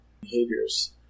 behaviors